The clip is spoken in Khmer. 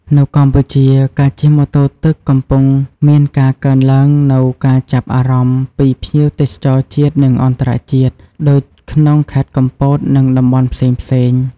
នៅកម្ពុជា ការជិះម៉ូតូទឹកកំពុងមានការកើនឡើងនូវការចាប់អារម្មណ៍ពីភ្ញៀវទេសចរជាតិ និងអន្ដរជាតិ ដូចក្នុងខេត្តកំពត និងតំបន់ផ្សេងៗ។